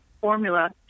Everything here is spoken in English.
formula